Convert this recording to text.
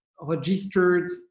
registered